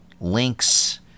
links